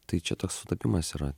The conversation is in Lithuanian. tai čia toks sutapimas yra